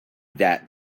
that